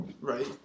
Right